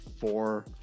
four